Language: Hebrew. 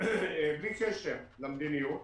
בלי קשר למדיניות,